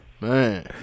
man